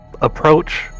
approach